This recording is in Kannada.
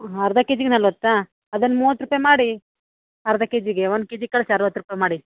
ಅರ್ಧ ಕೆ ಜಿಗೆ ನಲವತ್ತ ಅದನ್ನ ಮೂವತ್ತು ರೂಪಾಯಿ ಮಾಡಿ ಅರ್ಧ ಕೆ ಜಿಗೆ ಒನ್ ಕೆ ಜಿ ಕಳಿಸಿ ಅರ್ವತ್ತು ರೂಪಾಯಿ ಮಾಡಿ